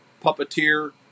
puppeteer